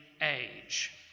age